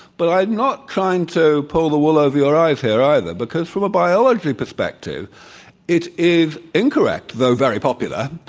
but i'm not trying to pull the wool over your eyes here either, because from a biology perspective it is incorrect, though very popular,